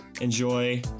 enjoy